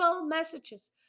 messages